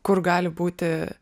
kur gali būti